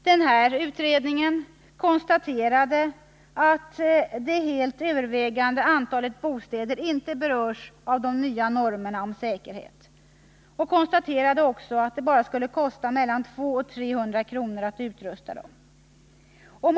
Denna utredning konstaterade att det helt övervägande antalet bostäder inte berörs av de nya normerna för säkerhet och att det, som jag nyss sade, skulle kosta bara mellan 200 och 300 kr. att utrusta även äldre lägenheter.